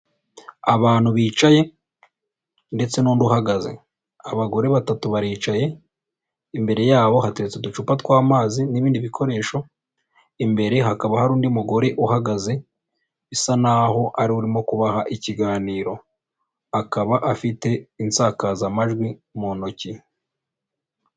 Abantu bicaye ndetse n'undi uhagaze, abagore batatu baricaye imbere yabo hateretse uducupa tw'amazi n'ibindi bikoresho, imbere hakaba hari undi mugore uhagaze bisa n'aho ariwe uri kubaha ikiganiro, akaba afite insakazamajwi mu ntoki.